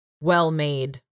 Well-made